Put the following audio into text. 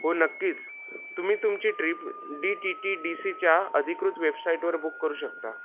हो नक्कीच तुम्ही तुमची trip D T T D सीच्या अधिकृत वेबसाईटवर बुक करू शकता